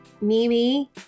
Mimi